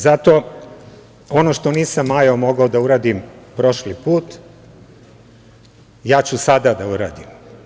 Zato ono što nisam Majo mogao da uradim prošli put, ja ću sada da uradim.